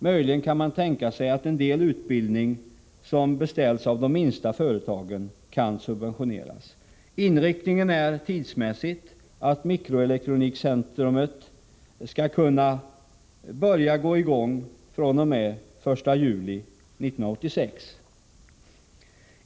Möjligen kan man tänka sig att viss utbildning som beställs av de minsta företagen kan subventioneras. Inriktningen tidsmässigt är att mikroelektronikcentrumets verksamhet skall kunna sättas i gång den 1 juli 1986.